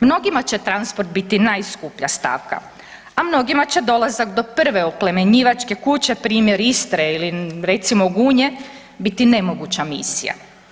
Mnogima će transport biti najskuplja stavka, a mnogima će dolazak do prve oplemenjivačke kuće primjer Istre ili recimo Gunje biti nemoguća misija.